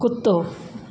कुतो